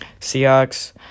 Seahawks